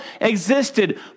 existed